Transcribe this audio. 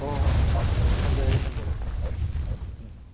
ꯍꯣ ꯍꯣꯏ ꯍꯣꯏ ꯊꯝꯖꯔꯒꯦ ꯊꯝꯖꯔꯒꯦ ꯎꯝ